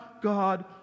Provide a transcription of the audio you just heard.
God